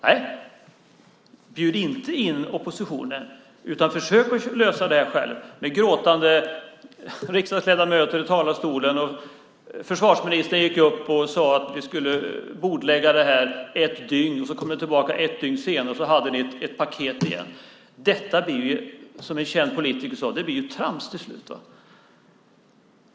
Men ni ville inte bjuda in oppositionen utan försökte lösa det här själva, med gråtande ledande riksdagsledamöter i talarstolen och försvarsministern som gick upp och sade att man skulle bordlägga det här i ett dygn. Ett dygn senare kom ni tillbaka med ett paket igen. Detta blir ju trams, som en känd politiker sade.